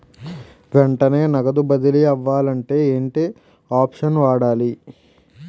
వెంటనే నగదు బదిలీ అవ్వాలంటే ఏంటి ఆప్షన్ వాడాలి?